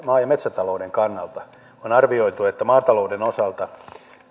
maa ja metsätalouden kannalta on arvioitu että maatalouden osalta